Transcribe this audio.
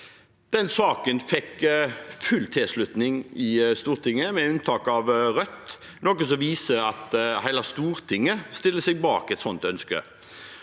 Den saken fikk full tilslutning i Stortinget, med unntak av Rødt, noe som viser at hele Stortinget stiller seg bak et sånt ønske.